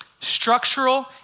structural